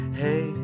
hey